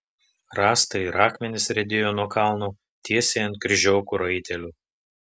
rąstai ir akmenys riedėjo nuo kalno tiesiai ant kryžiokų raitelių